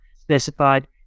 specified